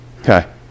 okay